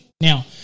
Now